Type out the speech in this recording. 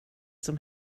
som